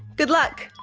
good luck.